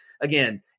again